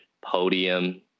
podium